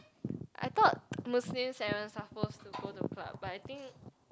I thought Muslims are not supposed to go to club but I think